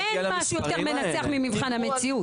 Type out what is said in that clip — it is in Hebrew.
אין משהו יותר מנצח ממבחן המציאות.